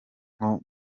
nko